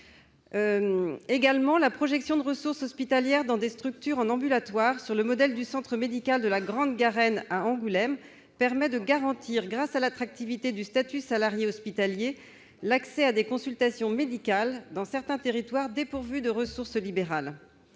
Également, la projection de ressources hospitalières dans des structures en ambulatoire, sur le modèle du centre médical de la Grande-Garenne, à Angoulême, permet de garantir, grâce à l'attractivité du statut salarié hospitalier, l'accès à des consultations médicales dans certains territoires dépourvus de ressources libérales.